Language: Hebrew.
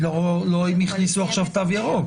לא אם יכניסו עכשיו תו ירוק.